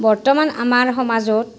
বৰ্তমান আমাৰ সমাজত